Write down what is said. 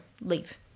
leave